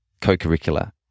co-curricular